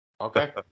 Okay